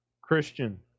Christian